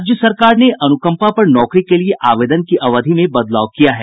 राज्य सरकार ने अनुकंपा पर नौकरी के लिये आवेदन की अवधि में बदलाव किया है